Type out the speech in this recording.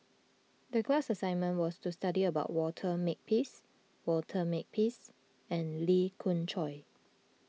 the class assignment was to study about Walter Makepeace Walter Makepeace and Lee Khoon Choy